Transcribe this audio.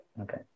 Okay